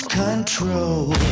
control